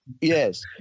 Yes